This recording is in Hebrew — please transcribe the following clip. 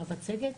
את העזרה שלנו.